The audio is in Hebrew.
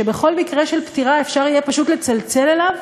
שבכל מקרה של פטירה אפשר יהיה פשוט לצלצל אליו,